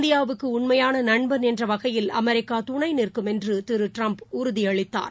இந்தியாவுக்குஉண்மையானநண்பன் என்றவகையில் அமெரிக்காதுணைநிற்கும் என்றுதிருட்ரம்ப் உறுதியளித்தார்